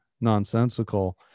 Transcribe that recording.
nonsensical